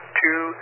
two